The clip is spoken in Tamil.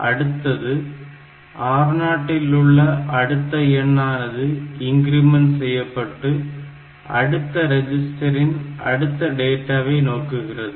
அடுத்தது R0 இல் உள்ள அடுத்த எண் ஆனது இன்கிரிமெண்ட் செய்யப்பட்டு அடுத்த ரெஜிஸ்டரின் அடுத்த டேட்டாவை நோக்குகிறது